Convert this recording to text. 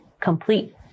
complete